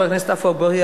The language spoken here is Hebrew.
חבר הכנסת עפו אגבאריה,